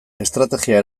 estrategia